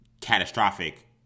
catastrophic